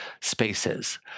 spaces